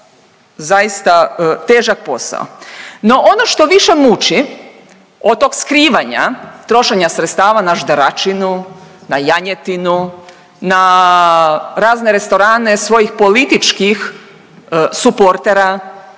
zaista težak posao. No, ono što više muči od tog skrivanja trošenja sredstava na žderačinu, na janjetinu, na razne restorane svojih političkih suportera,